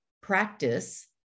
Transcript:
practice